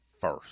first